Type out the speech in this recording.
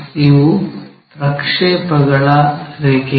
ಇವು ಪ್ರಕ್ಷೇಪಗಳ ರೇಖೆಗಳು